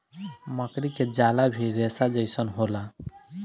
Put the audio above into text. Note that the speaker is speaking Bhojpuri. मकड़ी के जाला भी रेसा जइसन होला